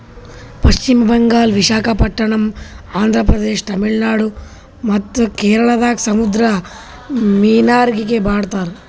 ಪಶ್ಚಿಮ್ ಬಂಗಾಳ್, ವಿಶಾಖಪಟ್ಟಣಮ್, ಆಂಧ್ರ ಪ್ರದೇಶ, ತಮಿಳುನಾಡ್ ಮತ್ತ್ ಕೇರಳದಾಗ್ ಸಮುದ್ರ ಮೀನ್ಗಾರಿಕೆ ಮಾಡ್ತಾರ